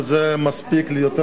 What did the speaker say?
וזה מספיק לי,